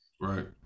right